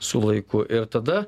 su laiku ir tada